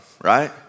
right